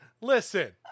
listen